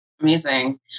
Amazing